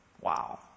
Wow